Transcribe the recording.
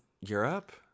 Europe